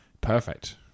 perfect